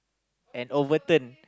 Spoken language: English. an overturn